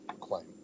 claim